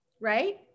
right